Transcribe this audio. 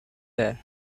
there